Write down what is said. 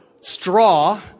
straw